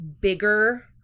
bigger